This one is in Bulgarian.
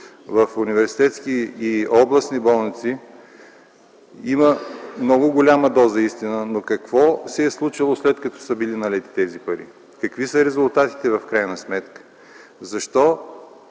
в университетски и областни болници, има много голяма доза истина. Но какво се е случило, след като са били налети тези пари, какви са резултатите в крайна сметка? Защо